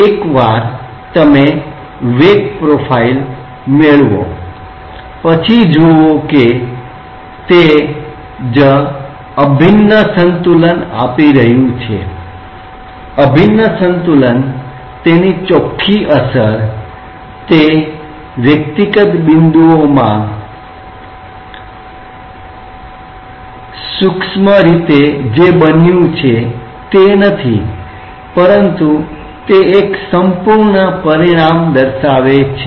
એકવાર તમે વેગ profile velocity profile velocity profile મેળવો પછી જુઓ કે તે જ અભિન્ન એવું સંતુલન આપી રહ્યું છે અભિન્ન સંતુલન તેની નેટ ઇફેક્ટ તે વ્યક્તિગત બિંદુઓમાં સૂક્ષ્મ રીતે જે બન્યું છે તે નથી પરંતુ તે એક સંપૂર્ણ પરિણામ દર્શાવે છે